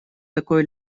такое